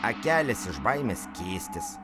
akelės iš baimės skėstis